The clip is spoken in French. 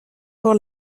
pour